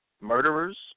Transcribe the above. murderers